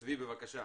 צבי, בבקשה.